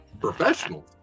professional